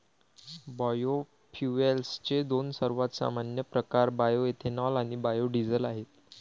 बायोफ्युएल्सचे दोन सर्वात सामान्य प्रकार बायोएथेनॉल आणि बायो डीझेल आहेत